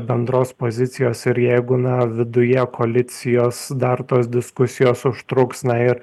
bendros pozicijos ir jeigu na viduje koalicijos dar tos diskusijos užtruks na ir